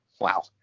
wow